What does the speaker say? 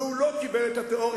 והוא לא קיבל את התיאוריה,